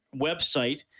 website